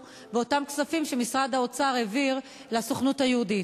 באותם כספים שמשרד האוצר העביר לסוכנות היהודית.